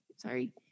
sorry